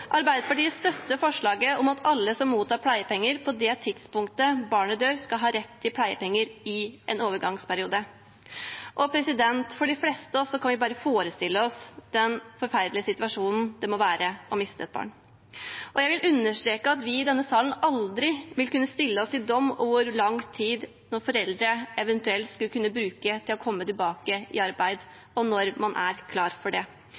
Arbeiderpartiet støtter forslaget om at alle som mottar pleiepenger på det tidspunktet barnet dør, skal ha rett til pleiepenger i en overgangsperiode. De fleste av oss kan bare forestille seg den forferdelige situasjonen det må være å miste et barn. Jeg vil understreke at vi i denne salen aldri vil kunne stille oss til doms over hvor lang tid foreldre eventuelt skal kunne bruke til å komme tilbake i arbeid, og når man er klar for det.